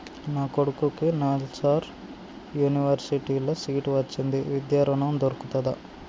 నా కొడుకుకి నల్సార్ యూనివర్సిటీ ల సీట్ వచ్చింది విద్య ఋణం దొర్కుతదా?